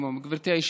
מילות סיכום, בבקשה.